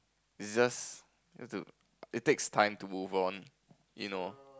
it's just do it takes time to move on you know